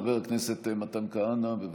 חבר הכנסת מתן כהנא, בבקשה.